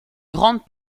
grande